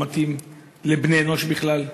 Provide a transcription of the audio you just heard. לא מתאים לבני-אנוש בכלל.